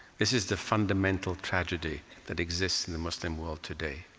this is the fundamental tragedy that exists in the muslim world today.